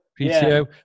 PTO